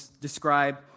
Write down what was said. describe